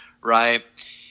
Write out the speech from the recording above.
right